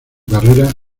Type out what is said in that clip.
carrera